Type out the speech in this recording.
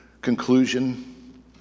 conclusion